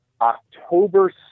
October